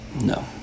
No